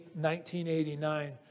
1989